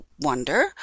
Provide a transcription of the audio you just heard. wonder